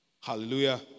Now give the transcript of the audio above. Hallelujah